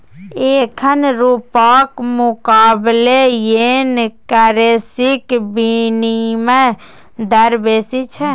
एखन रुपाक मुकाबले येन करेंसीक बिनिमय दर बेसी छै